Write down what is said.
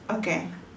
okay